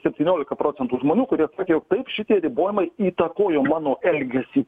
septyniolika procentų žmonių kurie jog taip šitie ribojimai įtakojo mano elgesį